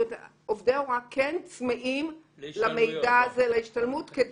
עובדי ההוראה כן צמאים למידע הזה, להשתלמות.